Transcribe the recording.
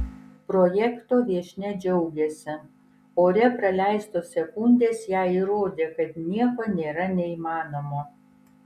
projekto viešnia džiaugėsi ore praleistos sekundės jai įrodė kad nieko nėra neįmanomo